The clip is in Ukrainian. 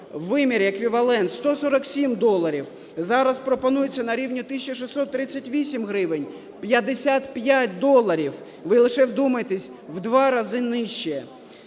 вимірі еквівалент – 147 доларів. Зараз пропонується на рівні 1638 гривень – 55 доларів. Ви лише вдумайтесь: в 2 рази нижче.